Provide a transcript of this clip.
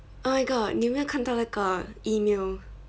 oh my god 你没有看到那个 email